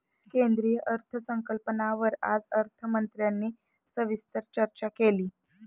केंद्रीय अर्थसंकल्पावर आज अर्थमंत्र्यांनी सविस्तर चर्चा केली